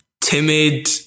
timid